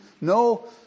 no